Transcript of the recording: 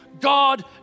God